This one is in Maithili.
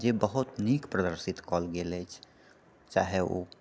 जे बहुत नीक प्रदर्शित कैल गेल अछि चाहे ओ